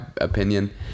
opinion